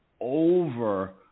over